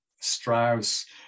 Strauss